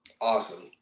Awesome